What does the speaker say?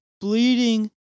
bleeding